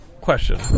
Question